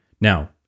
Now